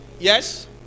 Yes